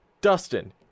dustin